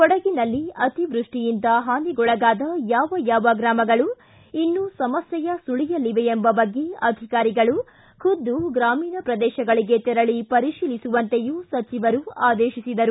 ಕೊಡಗಿನಲ್ಲಿ ಅತಿವ್ಯಷ್ಲಿಯಿಂದ ಹಾನಿಗೊಳಗಾದ ಯಾವ ಯಾವ ಗ್ರಾಮಗಳು ಇನ್ನೂ ಸಮಸ್ತೆಯ ಸುಳಿಯಲ್ಲಿವೆ ಎಂಬ ಬಗ್ಗೆ ಅಧಿಕಾರಿಗಳು ಖುದ್ದು ಗ್ರಾಮೀಣ ಪ್ರದೇಶಗಳಿಗೆ ತೆರಳಿ ಪರಿಶೀಲಿಸುವಂತೆಯೂ ಸಚಿವರು ಆದೇಶಿಸಿದರು